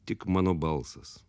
tik mano balsas